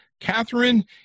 Catherine